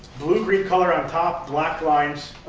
blue-green color on top, black lines,